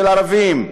של ערבים,